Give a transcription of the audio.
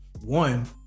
One